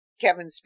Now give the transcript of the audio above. Kevin